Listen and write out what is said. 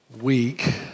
week